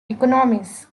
economies